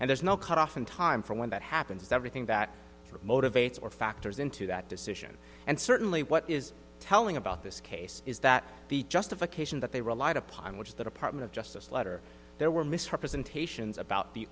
and there's no cutoff in time from when that happens everything that motivates or factors into that decision and certainly what is telling about this case is that the justification that they relied upon which the department of justice letter there were misrepresentations about the